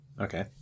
okay